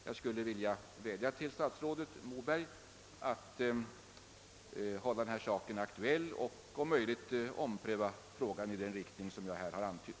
Jag skulle vilja vädja till statsrådet Moberg att ha frågan i åtanke och om möjligt ompröva den i den riktning jag antytt.